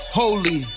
holy